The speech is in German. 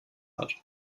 hat